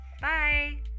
Bye